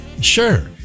Sure